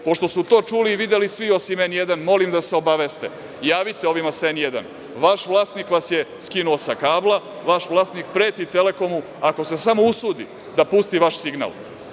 Pošto su to čuli i videli svi osim „N1“, molim da se obaveste, javite ovima sa „N1“, vaš vlasnik vas je skinuo sa kabla, vaš vlasnik preti „Telekomu“ ako se samo usudi da pusti vaš signal.